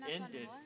ended